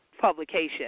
publication